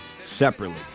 separately